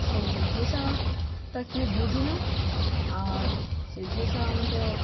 সেই পেশাটা কি বুঝি না আর সেই পেশা আমাদের